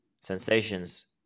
sensations